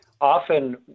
Often